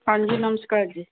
ਹਾਂਜੀ ਨਮਸਕਾਰ ਜੀ